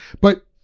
But-